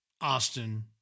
Austin